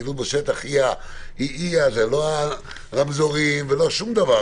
הפעילות בשטח ולא הרמזורים ולא שום דבר.